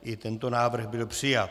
I tento návrh byl přijat.